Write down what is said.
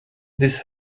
this